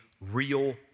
real